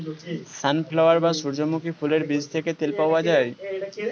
sunflower বা সূর্যমুখী ফুলের বীজ থেকে তেল পাওয়া যায়